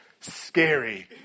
scary